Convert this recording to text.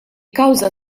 kawża